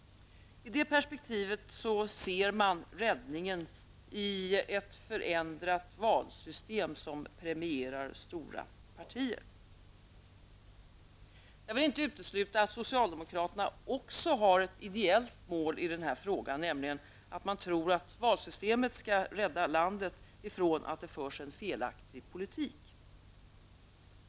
I detta perspektiv ser man räddningen i ett förändrat valsystem som premierar stora partier. Jag vill inte utesluta att socialdemokraterna också har ett ideellt mål i denna fråga, nämligen att man tror att valsystemet skall rädda landet från att det förs felaktig politik.